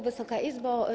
Wysoka Izbo!